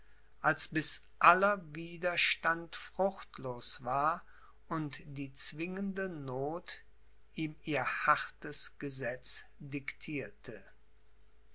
als bis aller widerstand fruchtlos war und die zwingende noth ihm ihr hartes gesetz diktierte